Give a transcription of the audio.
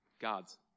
God's